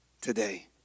today